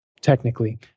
technically